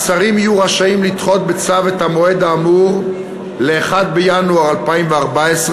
השרים יהיו רשאים לדחות בצו את המועד האמור ל-1 בינואר 2014,